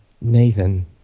Nathan